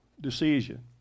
decision